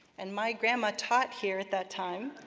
and my grandma taught here at that time